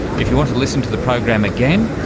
if you want to listen to the program again,